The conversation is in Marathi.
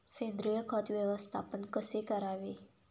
सेंद्रिय खत व्यवस्थापन कसे करावे?